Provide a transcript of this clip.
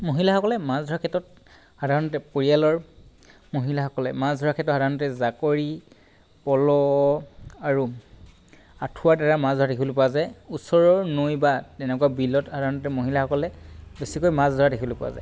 মহিলাসকলে মাছ ধৰাৰ ক্ষেত্ৰত সাধাৰণতে পৰিয়ালৰ মহিলাসকলে মাছ ধৰাৰ ক্ষেত্ৰত সাধাৰণতে জাকৰি পল আৰু আঁঠুৱাৰ দ্বাৰা মাছ ধৰা দেখিবলৈ পোৱা যায় ওচৰৰ নৈ বা এনেকুৱা বিলত সাধাৰণতে মহিলাসকলে বেছিকৈ মাছ ধৰা দেখিবলৈ পোৱা যায়